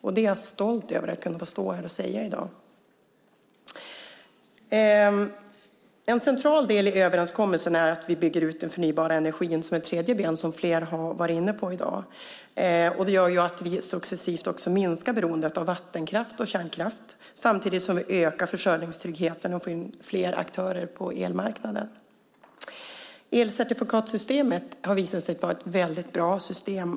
Det är jag stolt över att kunna stå här och säga i dag. En central del i överenskommelsen är att vi bygger ut den förnybara energin som ett tredje ben, som flera har varit inne på i dag. Det gör att vi successivt minskar beroendet av vattenkraft och kärnkraft samtidigt som vi ökar försörjningstryggheten och får in fler aktörer på elmarknaden. Elcertifikatssystemet har visat sig vara ett väldigt bra system.